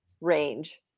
range